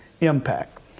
impact